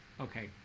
Okay